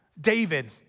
David